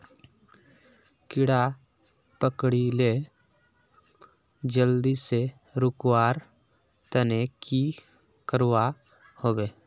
कीड़ा पकरिले जल्दी से रुकवा र तने की करवा होबे?